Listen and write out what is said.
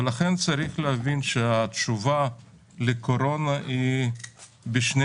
ולכן צריך להבין שהתשובה לקורונה היא בשני